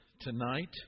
tonight